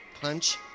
punch